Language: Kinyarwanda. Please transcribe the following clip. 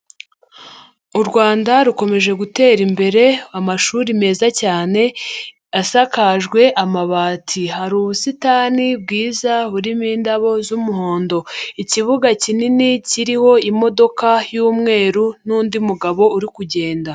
U Rwanda rukomeje gutera imbere amashuri meza cyane asakajwe amabati, hari ubusitani bwiza burimo indabo z'umuhondo, ikibuga kinini kiriho imodoka y'umweru n'undi mugabo uri kugenda.